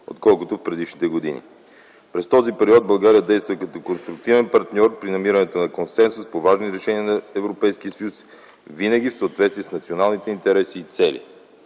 отколкото в предишните години. През този период България действа като конструктивен партньор при намирането на консенсус по важни решения на Европейския съюз винаги в съответствие с националните интереси и цели.